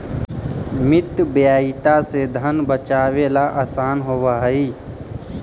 मितव्ययिता से धन बचावेला असान होवऽ हई